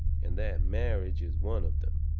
and that marriage is one of them.